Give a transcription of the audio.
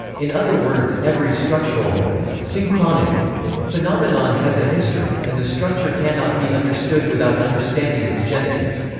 in other words, every structural or synchronic phenomenon has a history, and the structure cannot be understood without understanding its genesis.